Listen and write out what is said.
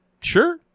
sure